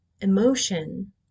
emotion